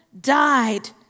died